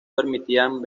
permitían